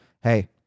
hey